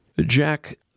Jack